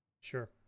sure